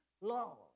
law